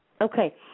Okay